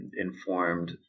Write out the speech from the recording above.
informed